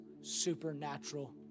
supernatural